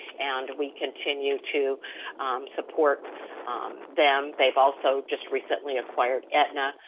and we continue to support them. they've also just recently acquired aetna.